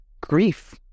grief